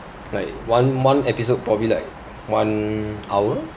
like one one episode probably like one hour